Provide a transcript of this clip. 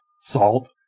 salt